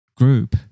group